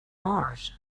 mars